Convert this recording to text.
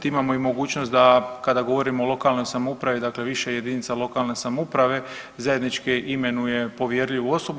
Imamo i mogućnost da kada govorimo o lokalnoj samoupravi, dakle više jedinice lokalne samouprave zajednički imenuje povjerljivu osobu.